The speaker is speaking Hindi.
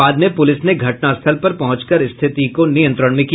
बाद में पुलिस ने घटनास्थल पर पहुंचकर स्थिति को नियंत्रण में किया